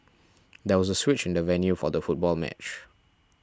there was a switch in the venue for the football match